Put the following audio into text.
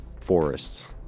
forests